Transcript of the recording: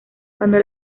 cuando